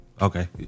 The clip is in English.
Okay